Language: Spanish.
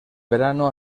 verano